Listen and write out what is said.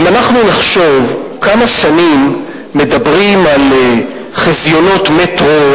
אם אנחנו נחשוב כמה שנים מדברים על חזיונות מטרו,